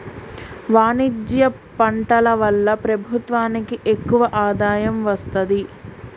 వాణిజ్య పంటల వల్ల ప్రభుత్వానికి ఎక్కువ ఆదాయం వస్తది